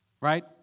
right